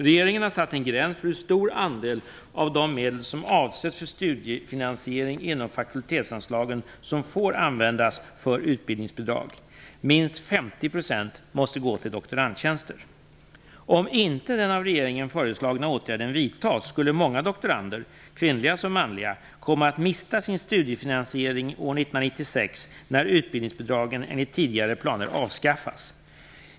Regeringen har satt en gräns för hur stor andel av de medel som avses för studiefinansiering inom fakultetsanslagen som får användas för utbildningsbidrag. Minst 50 % måste gå till doktorandtjänster. Om inte den av regeringen föreslagna åtgärden vidtas skulle många doktorander, kvinnliga som manliga, komma att mista sin studiefinansiering år 1996 när utbildningsbidragen enligt tidigare planer avskaffas.